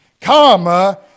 Comma